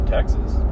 Texas